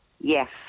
Yes